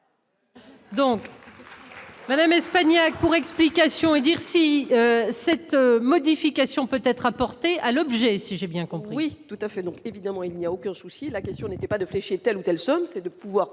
Donc. Madame Espagnac pour explications et dire si cette modification peut-être apporter à l'objet et si j'ai bien compris. Tout à fait, donc évidemment il n'y a aucun souci, la question n'était pas de flécher telle ou telle somme, c'est de pouvoir